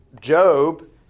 Job